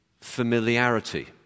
familiarity